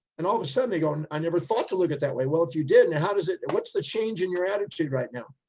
and all of a sudden, they go, and i never thought to look at it that way. well, if you did, and how does it, and what's the change in your attitude right now?